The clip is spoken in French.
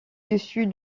dessus